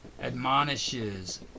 admonishes